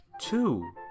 Two